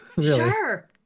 Sure